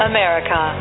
America